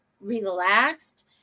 relaxed